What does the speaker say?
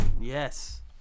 Yes